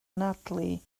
anadlu